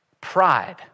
pride